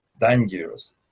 dangerous